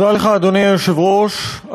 אדוני היושב-ראש,